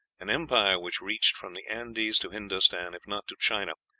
an empire which reached from the andes to hindostan, if not to china,